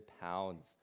pounds